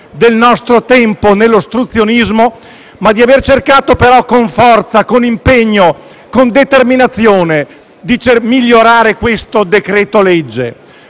del nostro tempo nell'ostruzionismo, ma di aver cercato, con forza, con impegno, con determinazione, di migliorare il decreto-legge